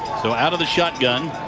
so out of the shotgun.